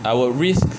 I would risk